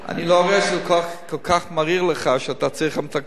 אני לא רואה שכל כך מריר לך שאתה צריך המתקה,